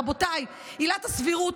רבותיי: עילת הסבירות,